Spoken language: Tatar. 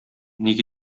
ник